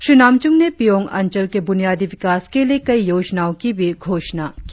श्री नामचूम ने पियोंग अंचल के बुनियादी विकास के लिए कई योजनाओं की भी घोषणा की